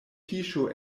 fiŝo